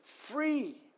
free